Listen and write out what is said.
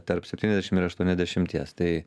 tarp septyniasdešim ir aštuoniasdešimties tai